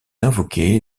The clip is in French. invoquée